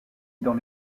dans